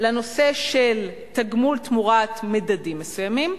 לנושא של תגמול תמורת מדדים מסוימים,